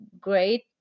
great